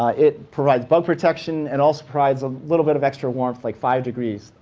ah it provides bug protection, and also provides a little bit of extra warmth, like five degrees.